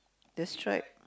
the stripe